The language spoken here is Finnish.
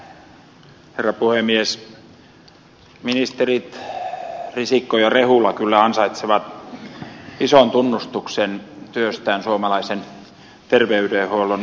ministerit risikko ja rehula kyllä ansaitsevat ison tunnustuksen työstään suomalaisen terveydenhuollon edistämiseksi